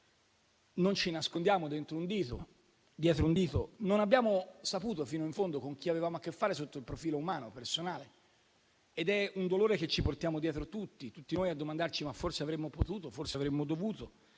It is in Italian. non ci nascondiamo dietro un dito: non abbiamo saputo fino in fondo con chi avevamo a che fare sotto il profilo umano e personale. È un dolore che ci portiamo dietro tutti. Tutti noi ci domandiamo che forse avremmo potuto, forse avremmo dovuto.